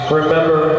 remember